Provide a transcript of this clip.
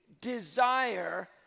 desire